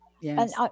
yes